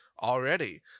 already